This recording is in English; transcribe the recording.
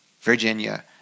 Virginia